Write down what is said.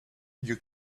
you